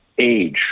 age